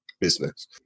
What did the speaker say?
business